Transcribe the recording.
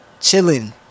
Chilling